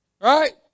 Right